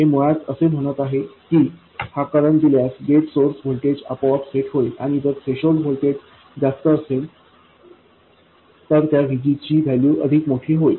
हे मुळात असे म्हणत आहे की हा करंट दिल्यास गेट सोर्स व्होल्टेज आपोआप सेट होईल आणि जर थ्रेशोल्ड व्होल्टेज जास्त असेल तर त्या VG ची वैल्यू अधिक मोठी होईल